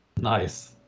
Nice